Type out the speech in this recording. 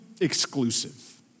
exclusive